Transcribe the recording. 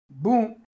boom